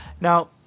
Now